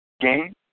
game